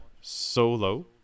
Solo